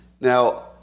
Now